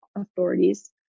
authorities